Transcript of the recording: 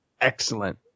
Excellent